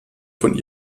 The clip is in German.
von